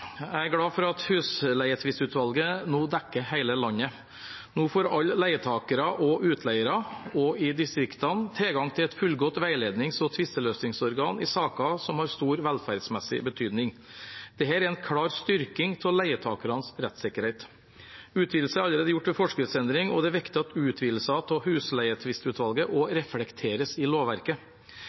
glad for at husleietvistutvalget nå dekker hele landet. Nå får alle leietakere og utleiere – også i distriktene – tilgang til et fullgodt veilednings- og tvisteløsningsorgan i saker som har stor velferdsmessig betydning. Dette er en klar styrking av leietakernes rettssikkerhet. Utvidelse er allerede gjort ved forskriftsendring, og det er viktig at utvidelse av husleietvistutvalget også reflekteres i lovverket.